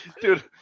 Dude